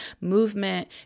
Movement